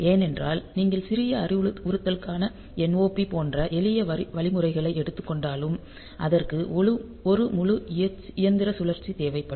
ஏனென்றால் நீங்கள் சிறிய அறிவுறுத்தலான NOP போன்ற எளிய வழிமுறைகளை எடுத்து கொண்டாலும் அதற்கு 1 முழு இயந்திர சுழற்சி தேவைப்படும்